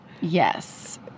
Yes